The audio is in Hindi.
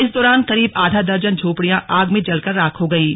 इस दौरान करीब आधा दर्जन झोपड़ियां आग में जलकर राख हो गईं